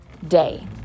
day